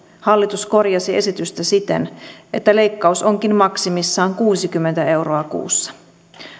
hallitus korjasi esitystä siten että leikkaus onkin maksimissaan kuusikymmentä euroa kuussa